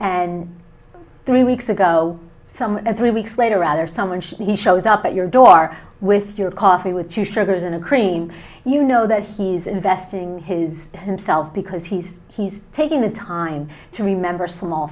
and three weeks ago some three weeks later rather someone she shows up at your door with your coffee with two sugars in a cream you know that he's investing his himself because he's he's taking the time to remember small